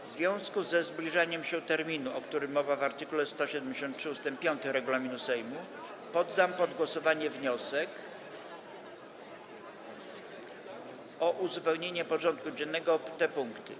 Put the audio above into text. W związku ze zbliżaniem się terminu, o którym mowa w art. 173 ust. 5 regulaminu Sejmu, poddam pod głosowanie wniosek o uzupełnienie porządku dziennego o te punkty.